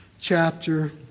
chapter